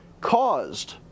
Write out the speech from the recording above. caused